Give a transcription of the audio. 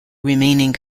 remaining